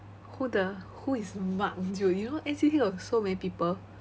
who the who is mark dude you know N_C_T got so many people